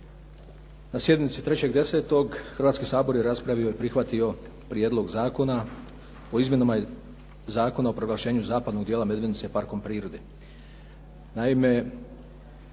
Na sjednici 3.10. Hrvatski sabor je raspravio i prihvatio Prijedlog Zakona o izmjenama Zakona o proglašenju zapadnog dijela Medvednice Parkom prirode.